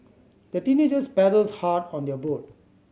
the teenagers paddled hard on their boat